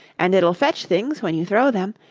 and it'll fetch things when you throw them,